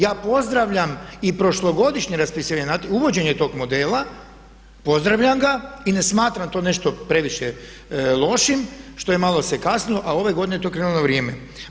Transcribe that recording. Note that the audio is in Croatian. Ja pozdravljam i prošlogodišnje raspisivanje natječaja, uvođenje tog modela, pozdravljam ga i ne smatram to nešto previše lošim što se malo kasnilo, a ove godine je to krenulo na vrijeme.